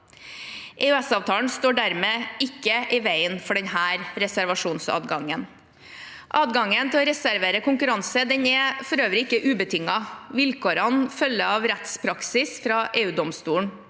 EØS-avtalen står dermed ikke i veien for denne reservasjonsadgangen. Adgangen til å reservere konkurranser er ikke ubetinget. Vilkårene følger av rettspraksis fra EU-domstolen.